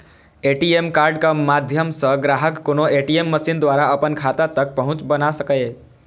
ATM कार्डक माध्यम सं ग्राहक कोनो ए.टी.एम मशीन द्वारा अपन खाता तक पहुंच बना सकैए